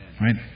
right